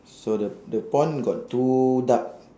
so the the pond got two duck